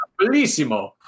bellissimo